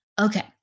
Okay